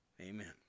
Amen